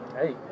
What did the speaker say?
hey